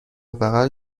بغل